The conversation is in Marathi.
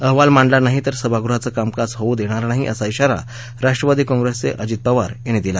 अहवाल मांडला नाही तर सभागृहाचं कामकाज होऊ देणार नाही अशा शिवारा राष्ट्रवादी काँग्रेसचे अजित पवार यांनी दिला